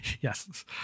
Yes